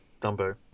Dumbo